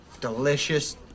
delicious